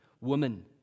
woman